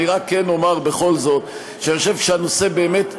אני רק כן אומר בכל זאת שאני חושב שהנושא באמת,